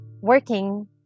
working